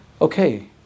Okay